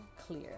clear